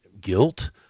guilt